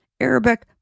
Arabic